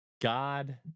God